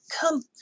Come